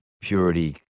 purity